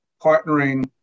partnering